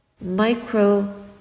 micro